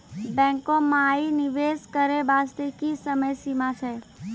बैंको माई निवेश करे बास्ते की समय सीमा छै?